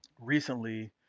recently